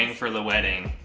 and for the wedding.